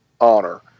honor